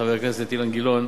חבר הכנסת אילן גילאון,